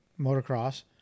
Motocross